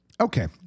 okay